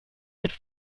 could